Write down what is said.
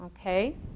Okay